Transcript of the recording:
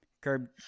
Curb